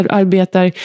arbetar